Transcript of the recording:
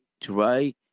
try